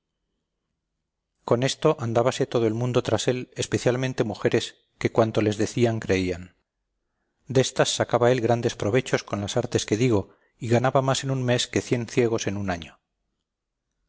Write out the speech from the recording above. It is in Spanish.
con esto andábase todo el mundo tras él especialmente mujeres que cuanto les decían creían destas sacaba él grandes provechos con las artes que digo y ganaba más en un mes que cien ciegos en un año